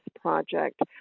project